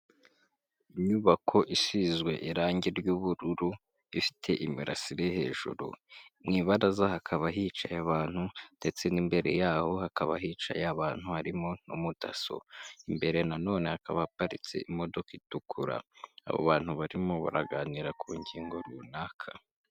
Inyubako isizwe irange ry'ubururu ifite imirasire hejuru, mu ibaraza hakaba hicaye abantu ndetse n'imbere yaho hakaba hicaye abantu harimo n'umudaso. Imbere nanone hakaba haparitse imodoka itukura, abo bantu barimo baraganira ku ngingo runaka.